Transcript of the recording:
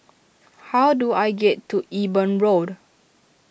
how do I get to Eben Road